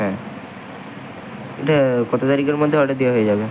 হ্যাঁ কত তারিকের মধ্যে অর্ডার দেওয়া হয়ে যাবে